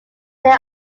there